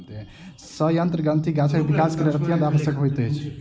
सयंत्र ग्रंथिरस गाछक विकास के लेल अत्यंत आवश्यक होइत अछि